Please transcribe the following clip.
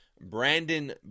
Brandon